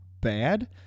bad